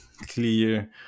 clear